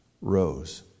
rose